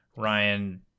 Ryan